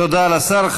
תודה לשר.